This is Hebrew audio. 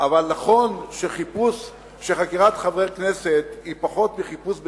נכון שחקירת חבר כנסת היא פחות מחיפוש בכליו,